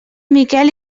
miquel